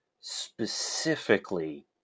specifically